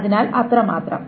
അതിനാൽ അത്ര മാത്രം